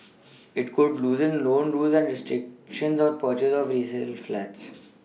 it could loosen loan rules and restrictions on purchase of resale flats